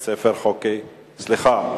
סליחה,